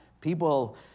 people